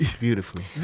beautifully